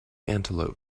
antelope